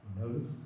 notice